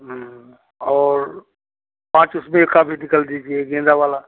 और पाँच उसमें का भी निकाल दीजिए गेंदा वाला